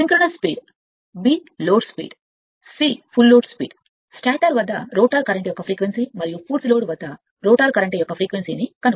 synchronous speed b load speed c full load speed stator వద్ద rotor current యొక్క frequency మరియు పూర్తి load సరైనది రోటర్ కరెంట్ యొక్క e ఫ్రీక్వెన్సీని కనుగొనండి